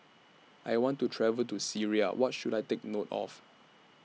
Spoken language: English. I want to travel to Syria What should I Take note of